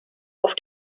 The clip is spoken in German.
auf